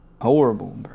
horrible